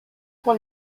pour